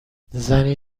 زنی